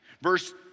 Verse